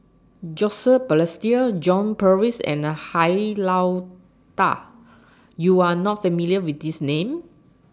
Joseph Balestier John Purvis and Han Lao DA YOU Are not familiar with These Names